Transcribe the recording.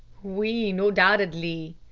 oui, nodoubtedly.